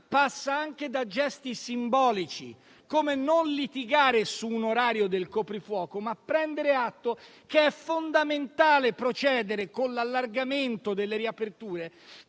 passa anche da gesti simbolici, come non litigare su un orario del coprifuoco, ma prendere atto che è fondamentale procedere con l'allargamento delle riaperture,